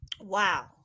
Wow